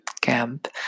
camp